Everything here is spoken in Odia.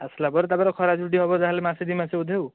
ଆସିଲା ପରେ ତା'ପରେ ଖରା ଛୁଟି ହେବ ଯାହା ହେଲେ ମାସେ ଦୁଇ ମାସ ବୋଧେ ଆଉ